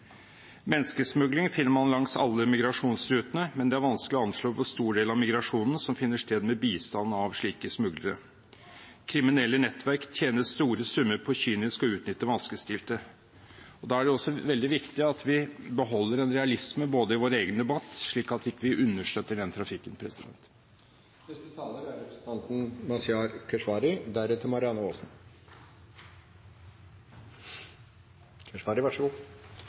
Menneskesmugling finner man langs alle migrasjonsrutene, men det er vanskelig å anslå hvor stor del av migrasjonen som finner sted med bistand av slike smuglere. Kriminelle nettverk tjener store summer på kynisk å utnytte vanskeligstilte, og da er det veldig viktig at vi beholder en realisme i vår egen debatt, slik at vi ikke understøtter den trafikken.